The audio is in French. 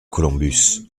columbus